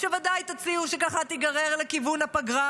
שוודאי תציעו שככה תיגרר לכיוון הפגרה,